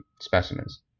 specimens